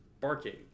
barking